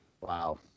Wow